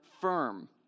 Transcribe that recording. firm